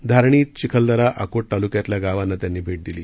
धारणी चिखलदराअकोट तालुक्यातल्या गावांना त्यांनी भेट दिली